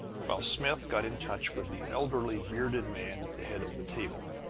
while smith got in touch with the elderly bearded man at the head of the table.